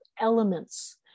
elements